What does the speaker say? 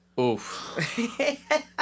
Oof